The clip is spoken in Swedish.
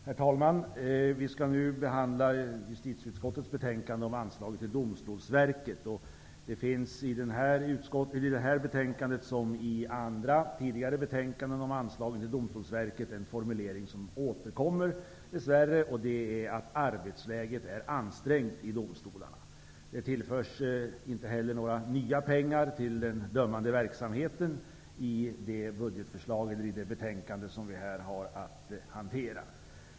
Herr talman! Vi skall nu behandla justitieutskottets betänkande om anslag till domstolsväsendet. I detta betänkande, liksom i tidigare betänkanden om anslag till domstolsväsendet, finns det en formulering som dess värre återkommer, nämligen att arbetsläget i domstolarna är ansträngt. Det tillförs inte heller några nya pengar till den dömande verksamheten i det betänkande som vi nu behandlar.